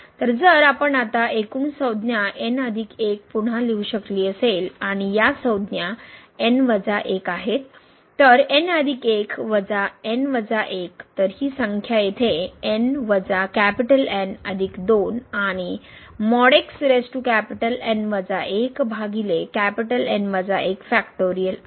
तर जर आपण आता एकूण संज्ञा n 1 पुन्हा लिहू शकली असेल आणि या संज्ञा n 1 आहेत तर तर ही संख्या येथे आणि आहे